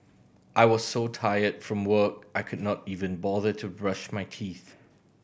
I was so tired from work I could not even bother to brush my teeth